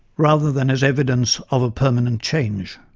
rather than as evidence of a permanent change.